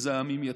מזהמים יותר.